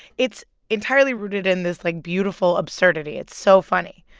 it's entirely rooted in this, like, beautiful absurdity. it's so funny.